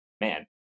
man